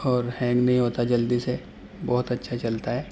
اور ہینگ نہیں ہوتا جلدی سے بہت اچھا چلتا ہے